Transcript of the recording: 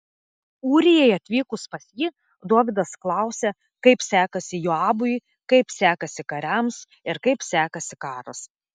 ūrijai atvykus pas jį dovydas klausė kaip sekasi joabui kaip sekasi kariams ir kaip sekasi karas